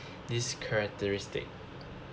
this characteristic